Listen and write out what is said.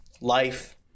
life